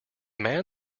man